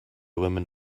women